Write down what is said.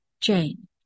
Jane